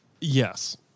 Yes